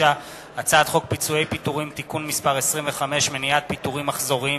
הצעת חוק פיצויי פיטורים (תיקון מס' 25) (מניעת פיטורים מחזוריים),